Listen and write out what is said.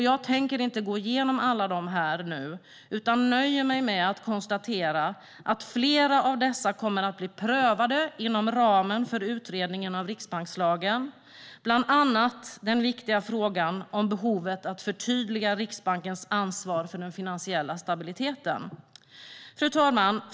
Jag tänker inte gå igenom dem alla här och nu utan nöjer mig med att konstatera att flera av dessa kommer att bli prövade inom ramen för utredningen om riksbankslagen, bland annat den viktiga frågan om behovet av att förtydliga Riksbankens ansvar för den finansiella stabiliteten. Fru talman!